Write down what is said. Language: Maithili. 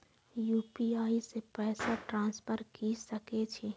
यू.पी.आई से पैसा ट्रांसफर की सके छी?